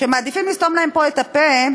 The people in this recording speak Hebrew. שמעדיפים לסתום להם פה את הפה,